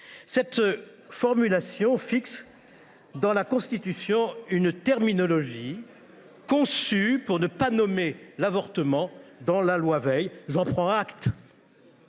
Cette formulation fixe dans la Constitution une terminologie conçue pour ne pas nommer l’avortement dans la loi Veil. J’en prends acte.